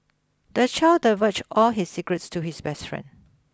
the child divulged all his secrets to his best friend